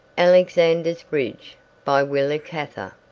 alexander's bridge by willa cather